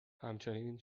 همچنین